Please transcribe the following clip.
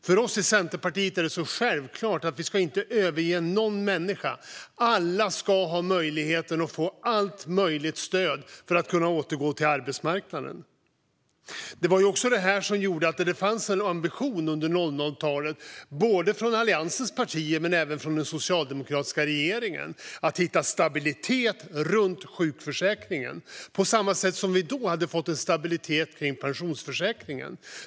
För oss i Centerpartiet är det självklart att vi inte ska överge någon människa utan att alla ska få allt möjligt stöd för att kunna återgå till arbetsmarknaden. Det var också detta som gjorde att det under 00-talet fanns en ambition både från Alliansens partier och från den socialdemokratiska regeringen att hitta stabilitet runt sjukförsäkringen på samma sätt som vi då hade fått en stabilitet kring pensionsförsäkringen.